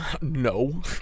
no